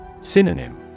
Synonym